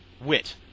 wit